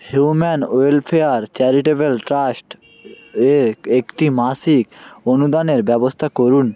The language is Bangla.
হিউম্যান ওয়েলফেয়ার চ্যারিটেবল ট্রাস্ট এ একটি মাসিক অনুদানের ব্যবস্থা করুন